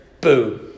Boom